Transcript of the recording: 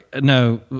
no